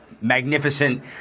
magnificent